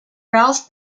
ralph